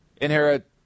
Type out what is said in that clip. inherit